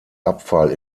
abfall